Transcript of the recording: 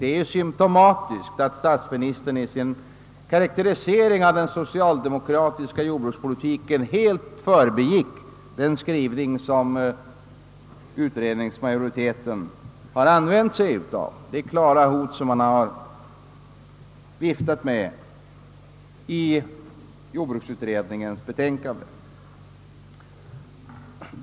Det är symtomatiskt att statsministern i sin karakterisering av den socialdemokratiska jordbrukspolitiken helt förbigick den skrivning som utredningsmajoriteten har använt sig av — det klara hot som man har viftat med i jordbruksutredningens betänkande.